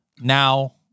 now